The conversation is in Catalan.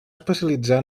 especialitzar